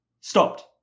stopped